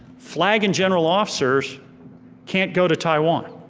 flag and general officers can't go to taiwan.